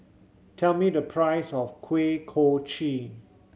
tell me the price of Kuih Kochi